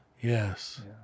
yes